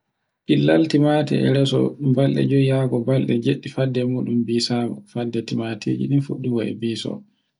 killal tumatir e reso balɗe jewi yago joy ɗi fadde muɗum bisago, fadde tumatiri.